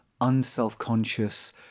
unselfconscious